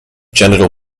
genital